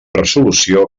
resolució